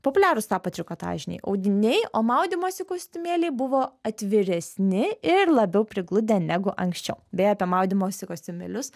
populiarūs tapo trikotažiniai audiniai o maudymosi kostiumėliai buvo atviresni ir labiau prigludę negu anksčiau beje apie maudymosi kostiumėlius